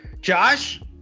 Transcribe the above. Josh